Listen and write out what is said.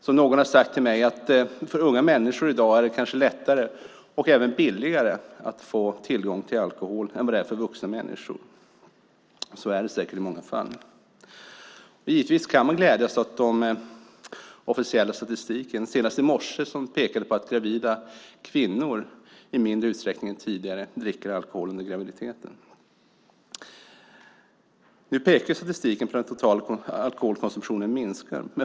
Som någon har sagt till mig är det i dag kanske lättare och även billigare för unga människor än för vuxna människor att få tillgång till alkohol. Så är det säkert i många fall. Givetvis kan man glädjas åt den officiella statistiken som senast i morse pekade på att gravida kvinnor i mindre utsträckning än tidigare dricker alkohol under graviditeten. Statistiken pekar på att den totala alkoholkonsumtionen minskar.